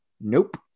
Nope